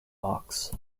box